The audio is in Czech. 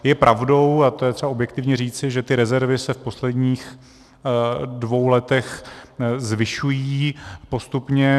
Je pravdou, a to je třeba objektivně říci, že ty rezervy se v posledních dvou letech zvyšují postupně.